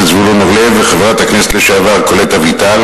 זבולון אורלב וחברת הכנסת לשעבר קולט אביטל.